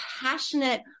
passionate